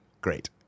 great